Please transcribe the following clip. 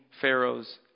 Pharaoh's